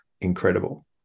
incredible